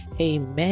Amen